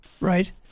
right